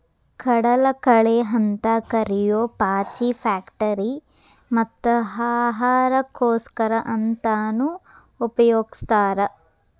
ಕಡಲಕಳೆ ಅಂತ ಕರಿಯೋ ಪಾಚಿ ಫ್ಯಾಕ್ಟರಿ ಮತ್ತ ಆಹಾರಕ್ಕೋಸ್ಕರ ಅಂತಾನೂ ಉಪಯೊಗಸ್ತಾರ